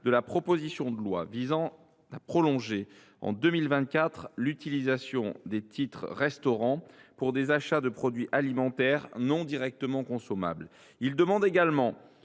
de la proposition de loi visant à prolonger en 2024 l’utilisation des titres restaurant pour des achats de produits alimentaires non directement consommables. Il demande également